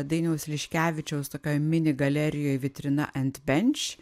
dainiaus liškevičiaus tokioje mini galerijoj vitrina anti benč